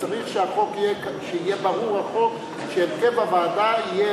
צריך שיהיה ברור בחוק שהרכב הוועדה יהיה